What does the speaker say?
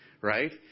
right